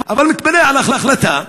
אבל מתפלא על ההחלטה,